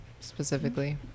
specifically